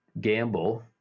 gamble